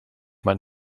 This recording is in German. mein